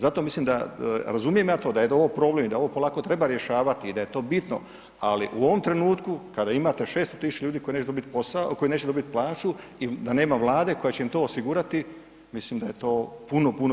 Zato mislim da, razumijem ja to da je ovo problem i da ovo polako treba rješavati i da je to bitno, ali u ovom trenutku kada imate 600 000 ljudi koji neće dobit posao, koji neće dobit plaću i da nema Vlade koja će im to osigurati, mislim da je to puno, puno veći problem.